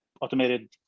automated